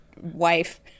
wife